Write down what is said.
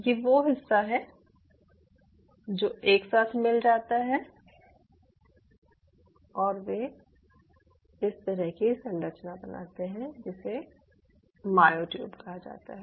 ये वो हिस्सा है जो एक साथ मिल जाता है और वे इस तरह की संरचना बनाते हैं जिसे मायोट्यूब कहा जाता है